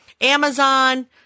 Amazon